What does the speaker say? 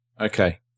Okay